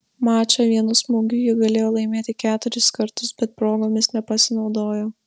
mačą vienu smūgiu ji galėjo laimėti keturis kartus bet progomis nepasinaudojo